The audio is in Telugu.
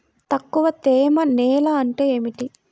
తక్కువ తేమ నేల అంటే ఏమిటి?